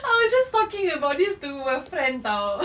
I was just talking about this to my friend [tau]